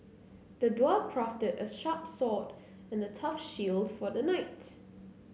the dwarf crafted a sharp sword and a tough shield for the knight